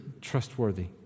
Trustworthy